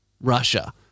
Russia